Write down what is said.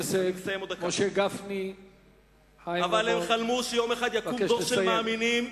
הם חלמו שיום אחד יקום דור של מאמינים,